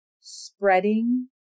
spreading